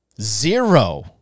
Zero